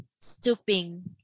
stooping